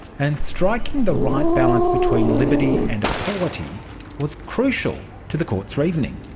and striking the right balance between liberty and equality was crucial to the court's reasoning.